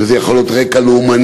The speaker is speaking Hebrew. שזה יכול להיות על רקע לאומני,